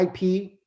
IP